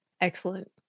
Excellent